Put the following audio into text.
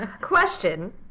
question